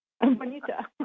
Bonita